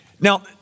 Now